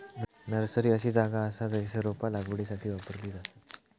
nursery अशी जागा असा जयसर रोपा लागवडीसाठी वापरली जातत